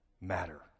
matter